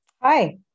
Hi